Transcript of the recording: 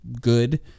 good